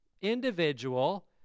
individual